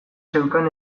zeukan